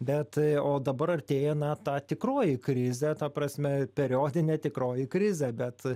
bet o dabar artėja na ta tikroji krizė ta prasme periodinė tikroji krizė bet